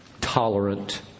tolerant